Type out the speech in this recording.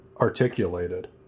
articulated